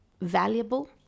valuable